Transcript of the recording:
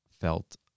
felt